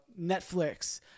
netflix